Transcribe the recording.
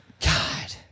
God